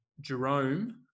Jerome